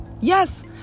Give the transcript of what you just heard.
Yes